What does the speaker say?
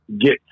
get